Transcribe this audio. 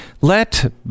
Let